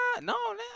no